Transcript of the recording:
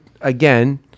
again